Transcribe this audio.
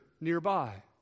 nearby